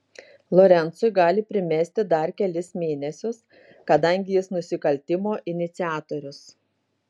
lorencui gali primesti dar kelis mėnesius kadangi jis nusikaltimo iniciatorius